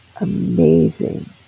amazing